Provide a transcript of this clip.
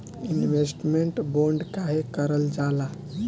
Investment bond काहे कारल जाला?